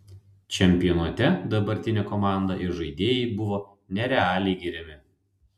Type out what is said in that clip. čempionate dabartinė komanda ir žaidėjai buvo nerealiai giriami